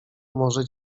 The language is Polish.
może